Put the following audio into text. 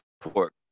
pork